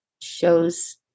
shows